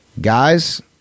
Guys